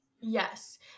Yes